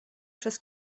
przez